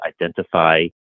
identify